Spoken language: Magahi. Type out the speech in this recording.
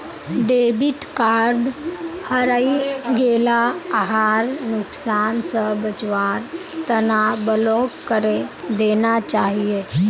डेबिट कार्ड हरई गेला यहार नुकसान स बचवार तना ब्लॉक करे देना चाहिए